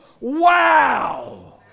wow